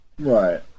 Right